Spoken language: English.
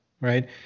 right